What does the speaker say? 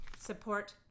support